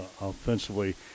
offensively